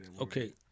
Okay